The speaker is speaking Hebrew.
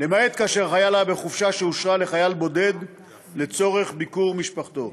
למעט כאשר החייל היה בחופשה שאושרה לחייל בודד לצורך ביקור משפחתו.